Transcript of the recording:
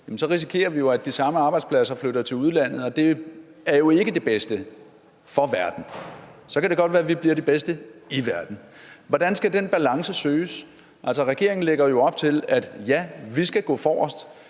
så risikerer vi jo, at de samme arbejdspladser flytter til udlandet, og det er jo ikke det bedste for verden. Så kan det godt være, at vi bliver de bedste i verden. Hvordan skal den balance søges? Regeringen lægger op til, at vi skal gå forrest,